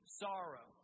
sorrow